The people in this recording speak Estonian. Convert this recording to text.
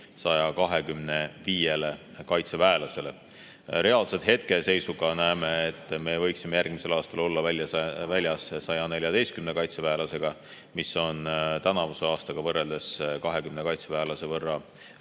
125 kaitseväelasele. Reaalselt me praegu näeme, et me võiksime järgmisel aastal olla väljas 114 kaitseväelasega, mis on tänavuse aastaga võrreldes 20 kaitseväelase võrra